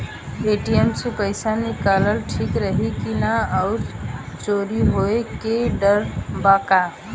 ATM से पईसा निकालल ठीक रही की ना और चोरी होये के डर बा का?